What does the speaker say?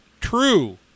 true